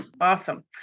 Awesome